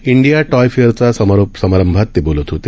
India toy फेअरच्या समारोप समारंभात ते बोलत होते